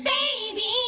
Baby